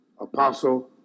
apostle